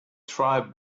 tribe